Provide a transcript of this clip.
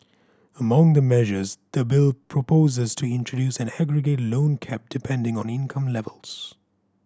among the measures the bill proposes to introduce an aggregate loan cap depending on income levels